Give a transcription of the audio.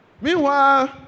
Meanwhile